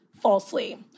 falsely